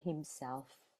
himself